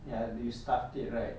ya do you stuffed it right